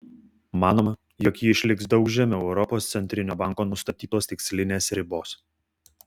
manoma jog ji išliks daug žemiau europos centrinio banko nustatytos tikslinės ribos